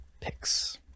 picks